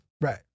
right